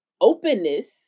openness